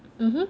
mmhmm